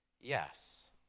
yes